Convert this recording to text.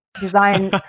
design